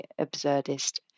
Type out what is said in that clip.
absurdist